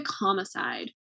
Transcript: homicide